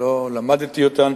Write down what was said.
לא למדתי אותן,